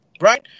right